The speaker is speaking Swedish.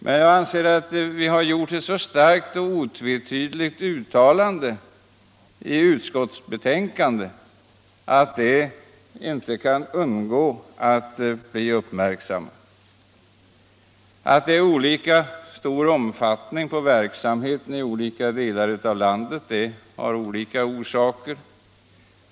Men jag menar att vi har ju i utskottsbetänkandet ett så starkt och otvetydigt uttalande att det inte kan undgå att bli uppmärksammat. Att verksamheten har olika stor omfattning i olika delar av landet har skilda orsaker.